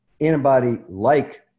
antibody-like